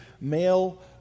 male